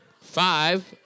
five